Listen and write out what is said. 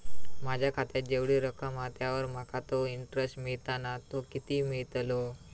माझ्या खात्यात जेवढी रक्कम हा त्यावर माका तो इंटरेस्ट मिळता ना तो किती मिळतलो?